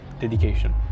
dedication